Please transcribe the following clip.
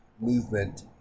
movement